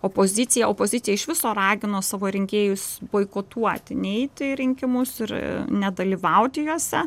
opozicija opozicija iš viso ragino savo rinkėjus boikotuoti neiti į rinkimus ir nedalyvauti juose